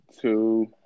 Two